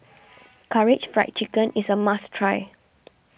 Karaage Fried Chicken is a must try